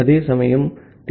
அதேசமயம் டி